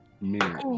Mirror